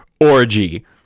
Orgy